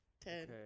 Ten